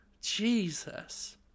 Jesus